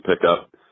pickup